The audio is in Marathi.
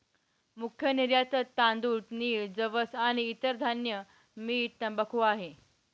मुख्य निर्यातत तांदूळ, नीळ, जवस आणि इतर धान्य, मीठ, तंबाखू आहे